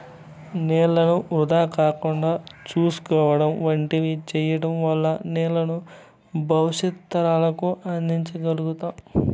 నీళ్ళను వృధా కాకుండా చూసుకోవడం వంటివి సేయడం వల్ల నీళ్ళను భవిష్యత్తు తరాలకు అందించ గల్గుతాం